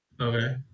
Okay